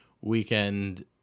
weekend